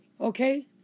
okay